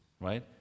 Right